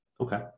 Okay